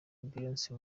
beyonce